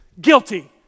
Guilty